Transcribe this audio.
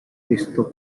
esto